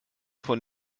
von